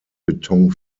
beton